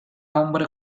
hombre